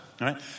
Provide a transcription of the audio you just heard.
right